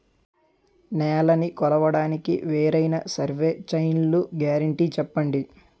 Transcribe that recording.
నేలనీ కొలవడానికి వేరైన సర్వే చైన్లు గ్యారంటీ చెప్పండి?